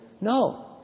No